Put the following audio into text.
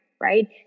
right